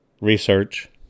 research